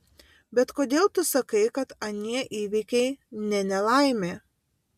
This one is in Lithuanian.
bet kodėl tu sakai kad anie įvykiai ne nelaimė